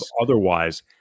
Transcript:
otherwise